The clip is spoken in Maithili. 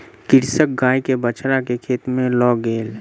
कृषक गाय के बछड़ा के खेत में लअ गेल